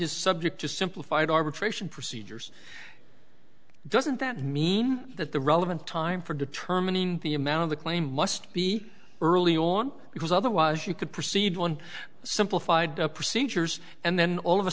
is subject to simplified arbitration procedures doesn't that mean that the relevant time for determining the amount of the claim must be early on because otherwise you could proceed on simplified procedures and then all of a